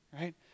right